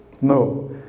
no